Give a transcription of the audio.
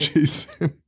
Jason